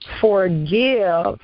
forgive